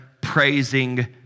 praising